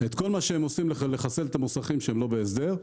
את כל מה שהם עושים כדי לחסל את המוסכים שלא נמצאים בהסדר,